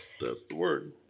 the word.